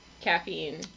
caffeine